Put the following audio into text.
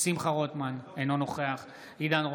אינו נוכח עידן רול,